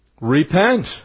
Repent